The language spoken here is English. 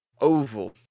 Oval